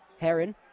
Heron